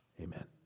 Amen